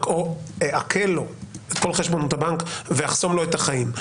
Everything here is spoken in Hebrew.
או אעקל לו את כל חשבונות הבנק ואחסום לו את החיים.